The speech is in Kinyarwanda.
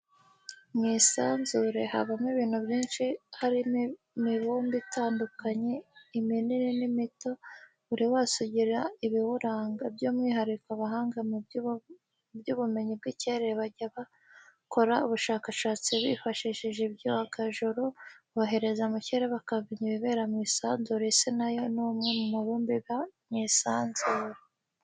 Mu isanzure habamo ibintu byinshi harimo imibumbe itandukanye iminini n'imito, buri wose ugira ibiwuranga, by'umwihariko abahanga mu by'ubumenyi bw'ikirere bajya abakora ubushakashatsi bifashishije ibyogajuru, bohereza mu kirere bakamenya ibibera mu isanzure, isi na yo ni umwe mu mibumbe iba mu isanzure.